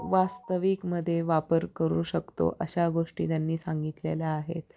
वास्तविकमध्ये वापर करू शकतो अशा गोष्टी त्यांनी सांगितलेल्या आहेत